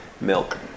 milk